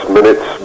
minutes